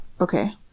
Okay